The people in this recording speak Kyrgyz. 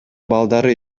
балдары